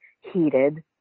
heated